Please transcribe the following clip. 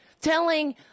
telling